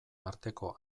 arteko